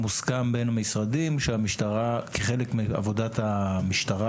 מוסכם בין המשרדים שהמשטרה כחלק מעבודת המשטרה,